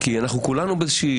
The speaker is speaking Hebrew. אתם רק צריכים להשתתף,